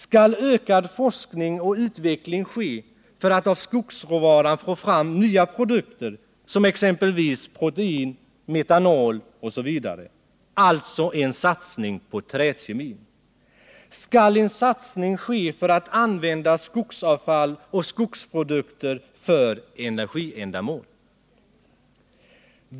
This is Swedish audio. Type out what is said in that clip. Skall forskning och utveckling ske för att av skogsråvaran få fram nya produkter, exempelvis protein och metanol, alltså en satsning på träkemin? Skall en satsning ske för att använda skogsavfall och skogsprodukter för energiändamål?